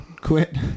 quit